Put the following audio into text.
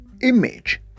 image